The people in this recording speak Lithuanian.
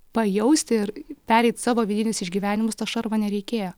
pajausti ir pereit savo vidinius išgyvenimus to šarvo nereikėjo